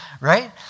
right